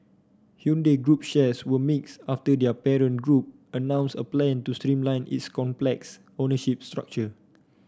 Hyundai Group shares were mixed after their parent group announced a plan to streamline its complex ownership structure